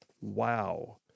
Wow